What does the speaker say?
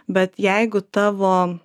bet jeigu tavo